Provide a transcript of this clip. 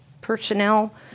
personnel